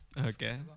Okay